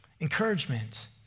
Encouragement